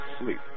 sleep